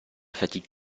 fatigue